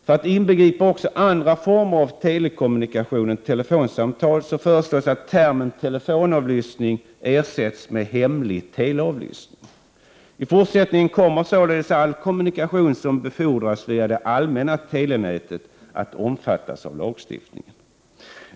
För att inbegripa också andra former av telekommunikation än telefonsamtal föreslås att termen telefonavlyssning ersätts med hemlig teleavlyssning. I fortsättningen kommer således all kommunikation som befordras via allmänna telenätet att omfattas av lagstiftningen.